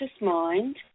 mind